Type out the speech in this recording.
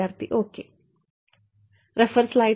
വിദ്യാർത്ഥി ഓക്കേ